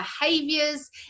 behaviors